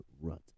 rut